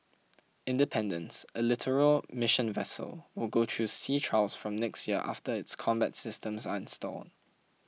independence a littoral mission vessel will go through sea trials from next year after its combat systems are installed